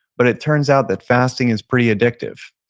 but it turns out that fasting is pretty addictive.